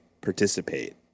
participate